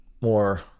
more